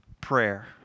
prayer